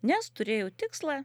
nes turėjau tikslą